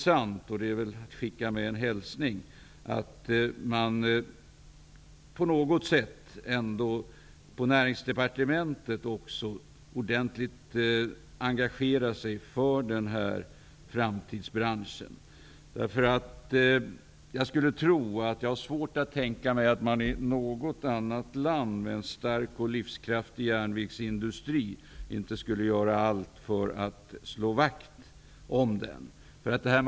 Jag skulle därför vilja skicka med en hälsning till näringsministern om att man på Näringsdepartementet ordentligt engagerar sig för denna framtidsbransch. Jag har svårt att tänka mig att man i något annat land med en stark och livskraftig järnvägsindustri inte skulle göra allt för att slå vakt om den.